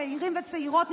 צעירים וצעירות,